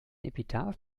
epitaph